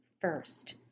first